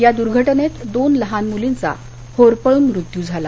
या द्र्घटनेत दोन लहान मुलींचा होरपळून मृत्यू झाला